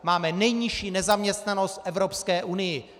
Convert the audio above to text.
Máme nejnižší nezaměstnanost v Evropské unii.